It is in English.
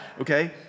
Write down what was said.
okay